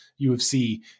UFC